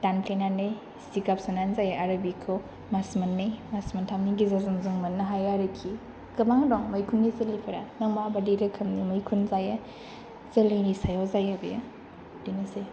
दानफ्लेनानै जिगाब सोनानै जायो आरो बेखौ मास मोन्नै मास मोनथामनि गेजेरावजों जों मोन्नो हायो आरोखि गोबां दं मैखुननि जोलैफोरा नों मा बायदि रोखोमनि मैखुन जायो जोलैनि सायाव जायो बेयो बिदिनोसै